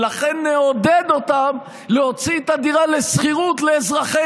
ולכן נעודד אותם להוציא את הדירה לשכירות לאזרחי